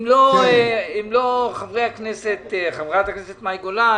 אם לא חברת הכנסת מאי גולן